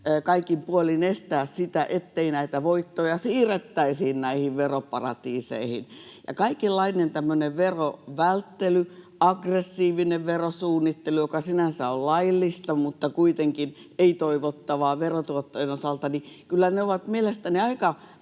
kaikin puolin estää sitä, ettei näitä voittoja siirrettäisi näihin veroparatiiseihin. — Ja kaikenlainen tämmöinen verovälttely ja aggressiivinen verosuunnittelu, joka sinänsä on laillista mutta kuitenkin ei-toivottavaa verotuottojen osalta, kyllä ovat mielestäni aika